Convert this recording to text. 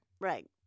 Right